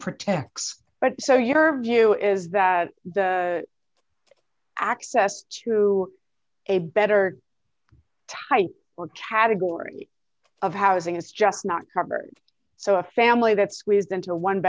protects but so your view is that access to a better type or category of housing is just not covered so a family that squeezed into a one